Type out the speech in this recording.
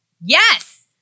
Yes